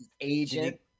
agent